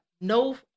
no